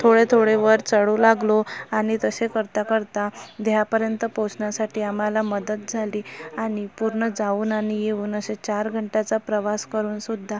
थोडे थोडे वर चढू लागलो आणि तसे करता करता ध्येयापर्यंत पोचण्यासाठी आम्हाला मदत झाली आणि पूर्ण जाऊन आणि येऊन असे चार घंट्याचा प्रवास करून सुद्धा